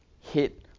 hit